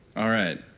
all right.